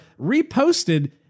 reposted